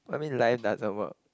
what you mean life doesn't work